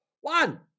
One